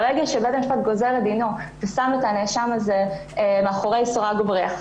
ברגע שבית המשפט גוזר את דינו ושם את הנאשם הזה מאחורי סורג ובריח,